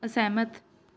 ਅਸਹਿਮਤ